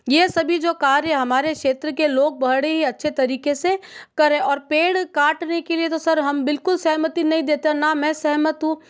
ये सभी जो कार्य हमारे क्षेत्र के लोग बड़े ही अच्छे तरीके से कर रहे और पेड़ काटने के लिए तो सर हम बिल्कुल सहमति नहीं देते ना मैं सहमत हूँ